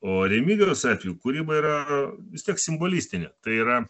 o remigijaus atveju kūryba yra vis tiek simbolistinė tai yra